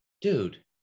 dude